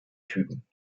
typen